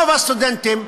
רוב הסטודנטים,